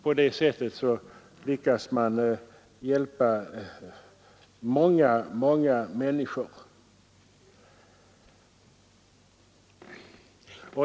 På det sättet lyckas man hjälpa många människor.